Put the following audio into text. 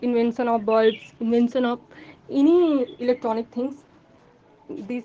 invention हो bulbs invention of any electronic things this